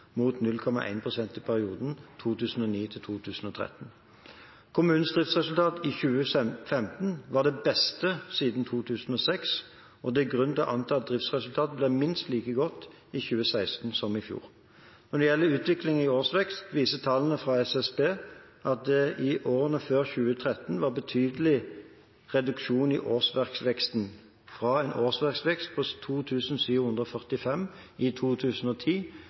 driftsresultat i 2015 var det beste siden 2006, og det er grunn til å anta at driftsresultatet blir minst like godt i 2016 som i fjor. Når det gjelder utviklingen i årsvekst, viser tallene fra Statistisk sentralbyrå at det i årene før 2013 var betydelig reduksjon i årsverksveksten – fra en årsverksvekst på 2 745 i 2010